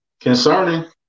concerning